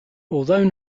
although